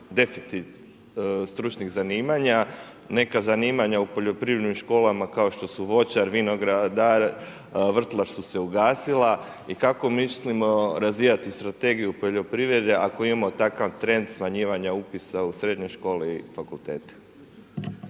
deficit stručnih zanimanja. Neka zanimanja u poljoprivrednim školama kao što su voćar, vinogradar, vrtlar su se ugasila. I kako mislimo razvijati strategiju poljoprivrede, ako imamo takav trend smanjivanja upisa u srednje škole i fakultete.